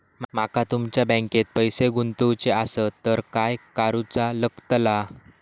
माका तुमच्या बँकेत पैसे गुंतवूचे आसत तर काय कारुचा लगतला?